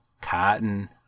cotton